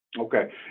Okay